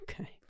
Okay